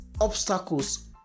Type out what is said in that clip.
obstacles